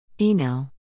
Email